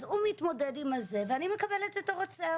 אז הוא מתמודד עם הזה ואני מקבלת את הרוצח